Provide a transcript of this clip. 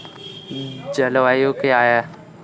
जलवायु क्या है?